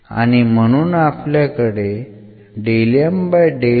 आणि म्हणून आपल्याकडे मिळेल